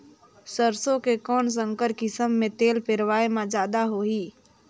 सरसो के कौन संकर किसम मे तेल पेरावाय म जादा होही?